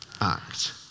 act